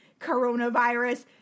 coronavirus